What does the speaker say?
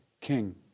king